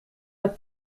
het